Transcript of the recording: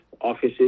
offices